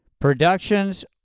Productions